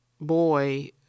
boy